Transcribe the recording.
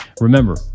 Remember